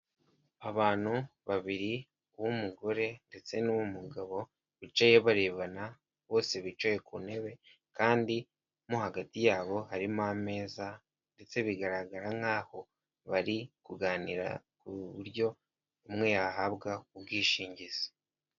Abantu babiri; uw'umugore ndetse n'uw'mugabo bicaye barebana, bose bicaye ku ntebe, kandi mo hagati yabo harimo ameza, ndetse bigaragara nk'aho bari kuganira ku buryo umwe yahabwa ubwishingizi.